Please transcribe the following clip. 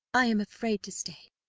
i am afraid to stay.